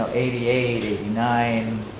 ah eighty eight, eighty nine,